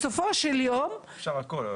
בסופו של יום --- אפשר הכל,